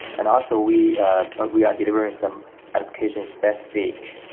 and also we we are delivering some application specific